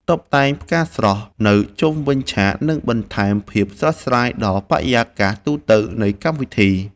តុបតែងផ្កាស្រស់នៅជុំវិញឆាកនឹងបន្ថែមភាពស្រស់ស្រាយដល់បរិយាកាសទូទៅនៃកម្មវិធី។